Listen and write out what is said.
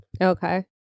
Okay